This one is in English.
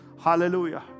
Hallelujah